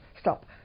stop